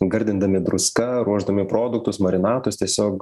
gardindami druska ruošdami produktus marinatus tiesiog